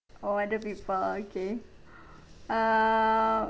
oh other people okay err